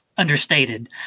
understated